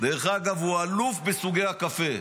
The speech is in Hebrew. דרך אגב, הוא אלוף בסוגי הקפה.